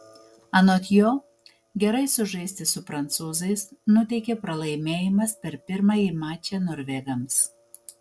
anot jo gerai sužaisti su prancūzais nuteikė pralaimėjimas per pirmąjį mačą norvegams